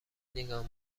نگاه